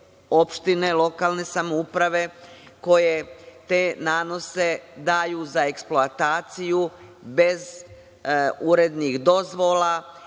lokalne samouprave koje te nanose daju za eksploataciju bez urednih dozvola,